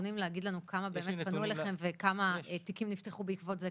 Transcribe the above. נתונים להגיד לנו כמה באמת פנו אליכם וכמה תיקים נפתחו בעקבות זה?